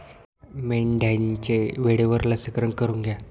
मेंढ्यांचे वेळेवर लसीकरण करून घ्या